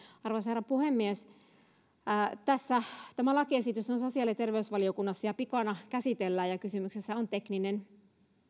arvoisa herra puhemies tämä lakiesitys on sosiaali ja terveysvaliokunnassa ja pikana käsitellään ja kysymyksessä on tekninen